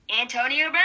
Antonio